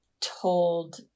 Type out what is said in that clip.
told